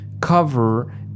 cover